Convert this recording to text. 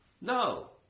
No